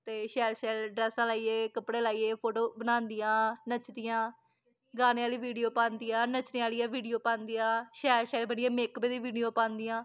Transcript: ते शैल शैल ड्रैसां लाइयै कपड़े लाइयै फोटो बनांदियां नच्चदियां गाने आह्ली वीडियो पांदियां नच्चने आह्लियां वीडियो पांदियां शैल शैल बधिया मेकअप आह्लियां वीडियो पांदियां